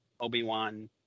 obi-wan